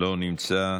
לא נמצא,